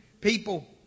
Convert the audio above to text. people